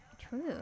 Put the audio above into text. true